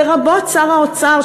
לרבות שר האוצר,